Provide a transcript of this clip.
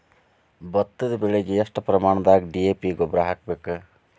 ಭತ್ತದ ಬೆಳಿಗೆ ಎಷ್ಟ ಪ್ರಮಾಣದಾಗ ಡಿ.ಎ.ಪಿ ಗೊಬ್ಬರ ಹಾಕ್ಬೇಕ?